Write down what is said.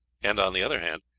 and, on the other hand,